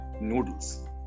noodles